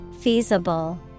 Feasible